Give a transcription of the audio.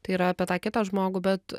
tai yra apie tą kitą žmogų bet